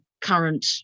current